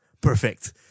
perfect